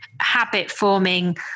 habit-forming